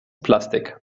plastik